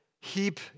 heap